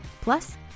Plus